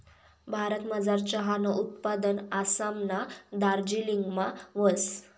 भारतमझार चहानं उत्पादन आसामना दार्जिलिंगमा व्हस